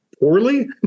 poorly